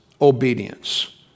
Obedience